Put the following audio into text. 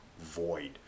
void